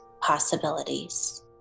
possibilities